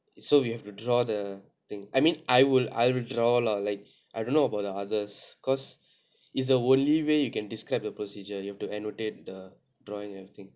so we have to draw the thing I mean I will I'll draw lah like I don't know about the others cause it's the only way you can describe the procedure you have to annotate the drawing everything